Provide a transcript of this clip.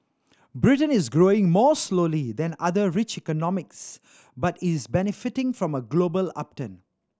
mBritain is growing more slowly than other rich economies but is benefiting from a global upturn